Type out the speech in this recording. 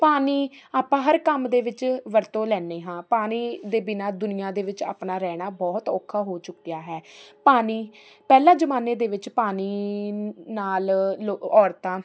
ਪਾਣੀ ਆਪਾਂ ਹਰ ਕੰਮ ਦੇ ਵਿੱਚ ਵਰਤੋਂ ਲੈਂਦੇ ਹਾਂ ਪਾਣੀ ਦੇ ਬਿਨਾ ਦੁਨੀਆ ਦੇ ਵਿੱਚ ਆਪਣਾ ਰਹਿਣਾ ਬਹੁਤ ਔਖਾ ਹੋ ਚੁੱਕਿਆ ਹੈ ਪਾਣੀ ਪਹਿਲਾਂ ਜ਼ਮਾਨੇ ਦੇ ਵਿੱਚ ਪਾਣੀ ਨਾਲ ਲੋ ਔਰਤਾਂ